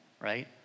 right